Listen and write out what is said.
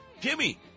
Jimmy